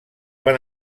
van